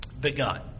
begun